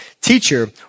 Teacher